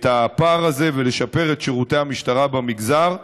הפער הזה ולשפר את שירותי המשטרה במגזר,